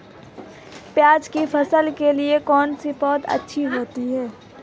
प्याज़ की फसल के लिए कौनसी पौद अच्छी होती है?